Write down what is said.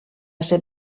ser